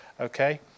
okay